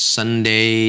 Sunday